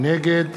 נגד